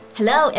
Hello